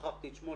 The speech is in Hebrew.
שכחתי את שמו,